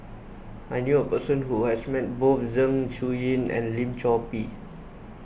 I knew a person who has met both Zeng Shouyin and Lim Chor Pee